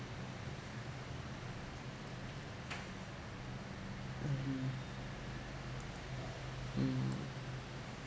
mmhmm mm